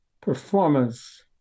performance